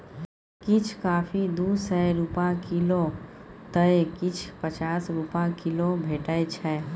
किछ कॉफी दु सय रुपा किलौ तए किछ पचास रुपा किलो भेटै छै